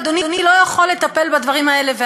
ואדוני לא יכול לטפל בדברים האלה והאלה.